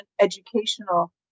educational